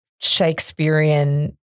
Shakespearean